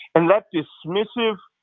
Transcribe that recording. and that dismissive,